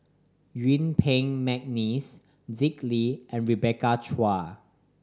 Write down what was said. Yuen Peng McNeice Dick Lee and Rebecca Chua